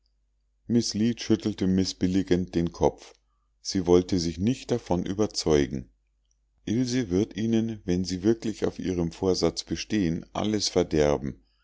schüttelte mißbilligend den kopf sie wollte sich nicht davon überzeugen ilse wird ihnen wenn sie wirklich auf ihrem vorsatz bestehen alles verderben